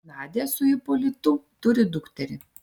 nadia su ipolitu turi dukterį